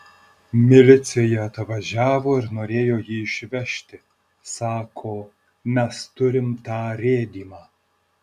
milicija atvažiavo ir norėjo jį išvežti sako mes turim tą rėdymą